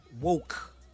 Woke